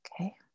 okay